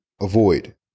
avoid